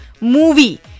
movie